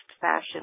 fashion